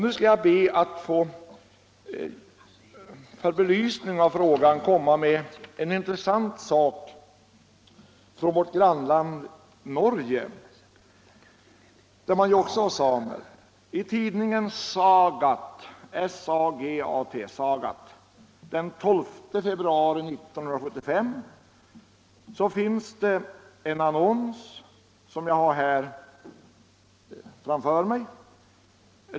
Nu skall jag be att, för belysning av frågan, få anföra ett intressant exempel från vårt grannland Norge, där man också har samer. I tidningen Sagat den 12 februari 1975 finns en annons, som jag har framför mig.